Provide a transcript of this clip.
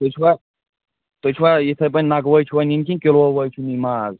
تُہۍ چھُوا تُہۍ چھُوا یِتھٕے پٲٹھۍ نگہٕ وٲے چھِوا نِنۍ کِنہٕ کِلوٗ وٲے چھِو نِنۍ ماز